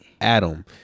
adam